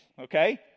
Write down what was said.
okay